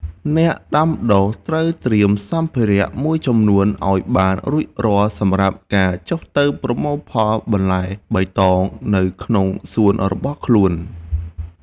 អ្នកដាំដុះត្រូវត្រៀមសម្ភារៈមួយចំនួនឱ្យបានរួចរាល់សម្រាប់ការចុះទៅប្រមូលផលបន្លែបៃតងនៅក្នុងសួនរបស់ខ្លួន។